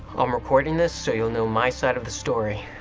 i'm recording this so you'll know my side of the story.